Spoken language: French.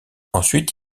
ensuite